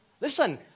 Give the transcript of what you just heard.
listen